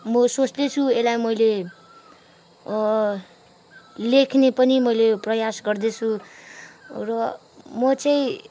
मो सोच्दैछु यसलाई मैले लेख्ने पनि मैले प्रयास गर्दैछु र म चाहिँ